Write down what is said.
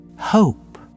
Hope